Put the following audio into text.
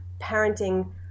parenting